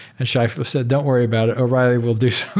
and scheifler said, don't worry about it. o'reilly will do